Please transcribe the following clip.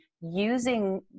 using